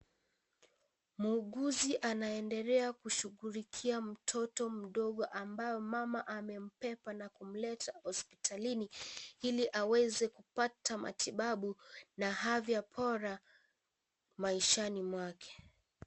Muuguzi anaendelea kushughulikia mtoto mdogo ambayo mama amembeba na kumleta hospitalini ili aweze kupata matibabu na afya bora maishani mwake.